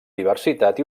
diversitat